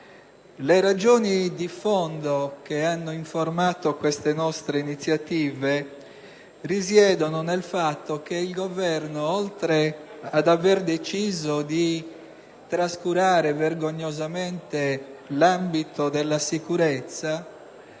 Le ragioni di fondo che hanno informato queste nostre iniziative risiedono nel fatto che il Governo, oltre ad aver scelto di trascurare vergognosamente l'ambito della sicurezza,